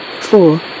four